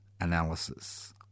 analysis